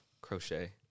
crochet